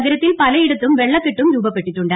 നഗരത്തിൽ പ്ലെയിടത്തും വെള്ളക്കെട്ടും രൂപപ്പെട്ടിട്ടുണ്ട്